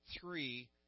three